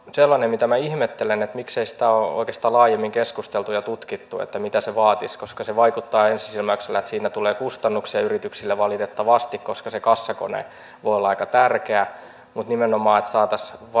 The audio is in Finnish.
sellainen mistä minä ihmettelen että miksei sitä ole oikeastaan laajemmin keskusteltu ja tutkittu mitä se vaatisi koska se vaikuttaa ensisilmäyksellä että siinä tulee kustannuksia yrityksille valitettavasti koska se kassakone voi olla aika tärkeä mutta nimenomaan saataisiin